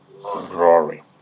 glory